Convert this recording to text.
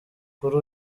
kuri